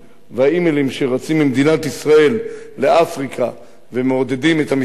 והאי-מיילים שרצים ממדינת ישראל לאפריקה ומעודדים את המסתננים